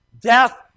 Death